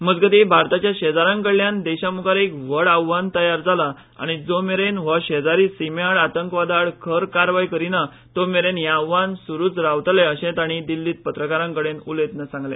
मजगती भारताच्या शेजाऱ्यांकडल्यान देशामुखार एक व्हड आव्हान तयार जाला आनी जोमेरन हो शेजारी सिमेआड आतंकवादाआड खर कारवाय करिना तोमेरेन हे आव्हान सुरुच रावतले अशेंय तांणी दिल्लीत पत्रकारांकडेन उलयतना सांगले